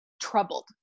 troubled